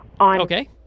Okay